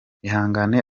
ihangane